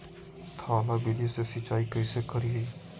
थाला विधि से सिंचाई कैसे करीये?